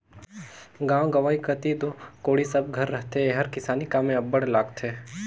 गाँव गंवई कती दो कोड़ी सब घर रहथे एहर किसानी काम मे अब्बड़ लागथे